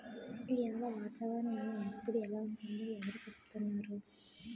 ఈయాల వాతావరణ ఎప్పుడు ఎలా ఉంటుందో ఎవరూ సెప్పనేరు